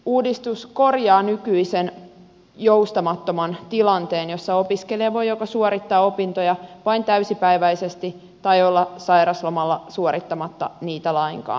uudistus korjaa nykyisen joustamattoman tilanteen jossa opiskelija voi joko suorittaa opintoja vain täysipäiväisesti tai olla sairauslomalla suorittamatta niitä lainkaan